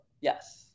Yes